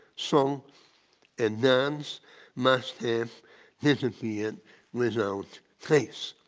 song and dance must have disappeared and without trace.